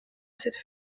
cette